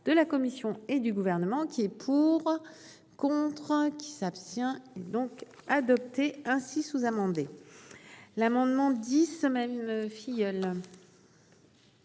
de la commission et du gouvernement qui est pour. Contre qui s'abstient donc adopté ainsi sous-amendé. L'amendement 10 semaines